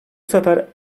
sefer